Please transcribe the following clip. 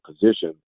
position